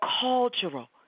cultural